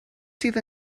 sydd